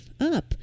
up